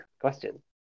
question